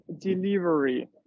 delivery